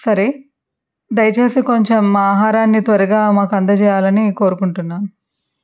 సరే దయచేసి కొంచెం ఆహారాన్ని త్వరగా మాకు అందజేయాలని కోరుకుంటున్నాను